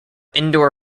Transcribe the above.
indoor